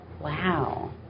Wow